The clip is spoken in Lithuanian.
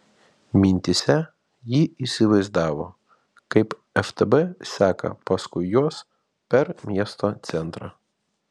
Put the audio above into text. mintyse ji įsivaizdavo kaip ftb seka paskui juos per miesto centrą